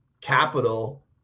capital